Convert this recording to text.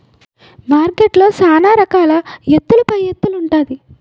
మార్కెట్లో సాన రకాల ఎత్తుల పైఎత్తులు ఉంటాది